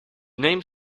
name